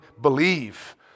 believe